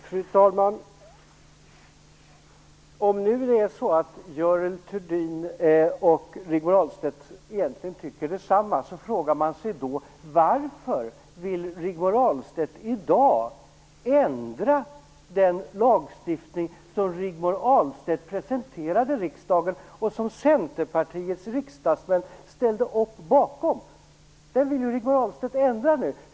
Fru talman! Om det nu är så att Görel Thurdin och Rigmor Ahlstedt egentligen tycker detsamma frågar man sig varför Rigmor Ahlstedt i dag vill ändra den lagstiftning som hon presenterade riksdagen och som Centerpartiets riksdagsmän ställde upp bakom. Den vill Rigmor Ahlstedt nu ändra.